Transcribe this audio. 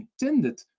intended